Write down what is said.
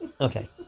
Okay